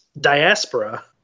diaspora